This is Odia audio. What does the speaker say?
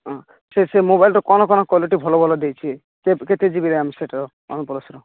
ହଁ ସେ ସେ ମୋବାଇଲର କ'ଣ କ'ଣ କ୍ୱାଲିଟି ଭଲ ଭଲ ଦେଇଛି ସେ କେତେ ଜିବି ରାମ ସେଇଟାର ୱାନପ୍ଲସର